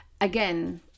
again